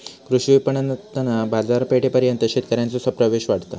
कृषी विपणणातना बाजारपेठेपर्यंत शेतकऱ्यांचो प्रवेश वाढता